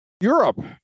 Europe